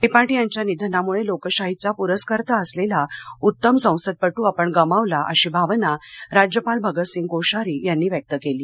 त्रिपाठी यांच्या निधनामुळे लोकशाहीचा पुरस्कर्ता असलेला उत्तम संसदपटू आपण गमावला अशी भावना राज्यपाल भगतसिंग कोश्यारी यांनी व्यक्त केली आहे